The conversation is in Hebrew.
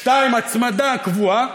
2. הצמדה קבועה,